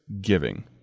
giving